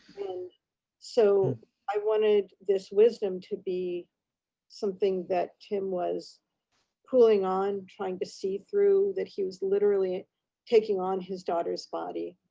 and so i wanted this wisdom to be something that tim was pulling on, trying to see through, that he was literally taking on his daughter's body.